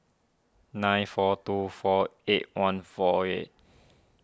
nine four two four eight one four eight